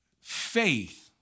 Faith